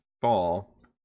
fall